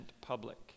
public